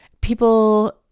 people